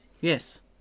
Yes